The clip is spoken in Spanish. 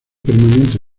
permanente